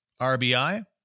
RBI